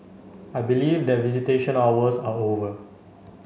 I believe that visitation hours are over